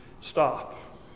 stop